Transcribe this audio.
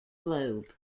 globe